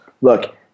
Look